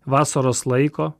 vasaros laiko